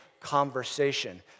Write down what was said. conversation